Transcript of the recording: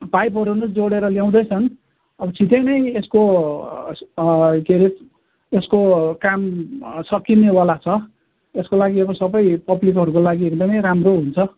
पाइपहरू नै जोडेर ल्याउँदैछन् अब छिटै नै यसको के अरे यसको काम सकिनेवाला छ यसको लागि अब सबै पबलिकहरूको लागि एकदमै राम्रो हुन्छ